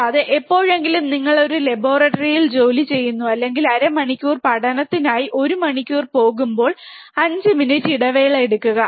കൂടാതെ എപ്പോഴെങ്കിലും നിങ്ങൾ ഒരു ലബോറട്ടറിയിൽ ജോലിചെയ്യുന്നു അല്ലെങ്കിൽ അര മണിക്കൂർ പഠനത്തിനായി ഒരു മണിക്കൂർ പഠിക്കുമ്പോൾ 5 മിനിറ്റ് ഇടവേള എടുക്കുക